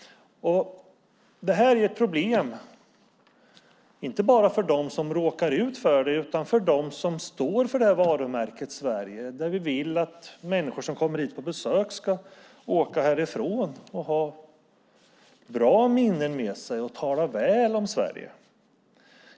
Detta är ett problem inte bara för dem som råkar ut för det utan även för dem som står för varumärket Sverige. Vi vill att människor som kommer hit på besök ska åka härifrån och ha bra minnen med sig och tala väl om Sverige.